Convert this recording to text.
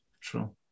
true